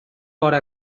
vora